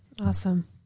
Awesome